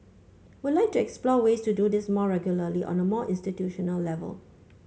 I would like to explore ways to do this more regularly on a more institutional level